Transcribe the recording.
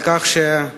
על כך שהצלחתם,